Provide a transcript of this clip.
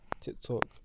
TikTok